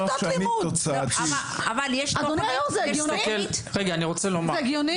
זה הגיוני?